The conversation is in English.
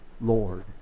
Lord